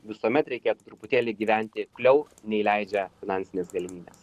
visuomet reikėtų truputėlį gyventi kukliau nei leidžia finansinės galimybės